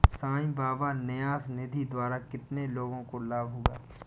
साई बाबा न्यास निधि द्वारा कितने लोगों को लाभ हुआ?